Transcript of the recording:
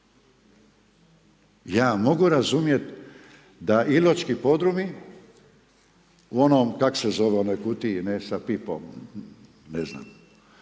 Ja mogu razumjeti da Iločki podrumi u onom kak se zove, u onoj kutiji ne sa pipom, ne znam,